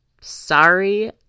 Sorry